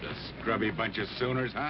ah scrubby bunch of sooners, huh?